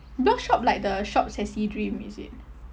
blogshop like the shop sassy dream is it